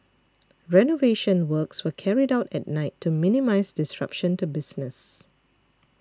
renovation works were carried out at night to minimise disruption to business